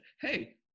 hey